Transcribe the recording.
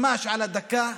ממש על הדקה.